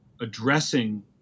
addressing